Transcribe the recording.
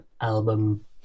album